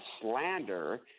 slander